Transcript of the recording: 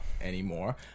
anymore